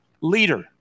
leader